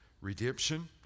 Redemption